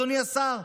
אדוני השר,